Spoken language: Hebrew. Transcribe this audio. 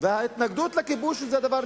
היה כיבוש ב-67'?